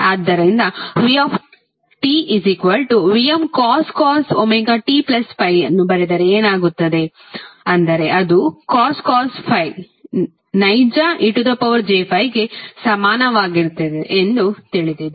ಆದ್ದರಿಂದ vtVmcos ωt∅ ಅನ್ನು ಬರೆದರೆ ಏನಾಗುತ್ತದೆ ಅಂದರೆಅದು cos ∅ ನೈಜ ej∅ಗೆ ಸಮಾನವಾಗಿರುತ್ತದೆ ಎಂದು ತಿಳಿದಿದೆ